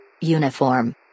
uniform